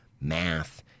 math